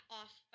off